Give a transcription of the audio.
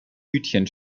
hütchen